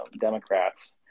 Democrats